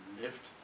lift